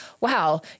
wow